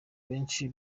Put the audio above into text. benshi